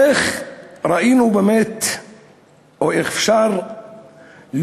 איך ראינו באמת או איך אפשר להוכיח